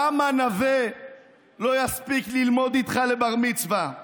למה נווה לא יספיק ללמוד איתך לבר-מצווה?